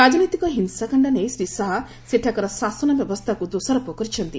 ରାଜନୈତିକ ହିଂସାକାଶ୍ଡ ନେଇ ଶ୍ରୀ ଶାହା ସେଠାକାର ଶାସନ ବ୍ୟବସ୍ଥାକୁ ଦୋଷାରୋପ କରିଛନ୍ତି